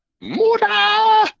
Muda